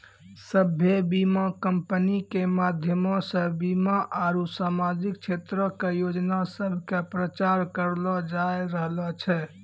सभ्भे बीमा कंपनी के माध्यमो से बीमा आरु समाजिक क्षेत्रो के योजना सभ के प्रचार करलो जाय रहलो छै